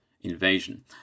invasion